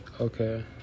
Okay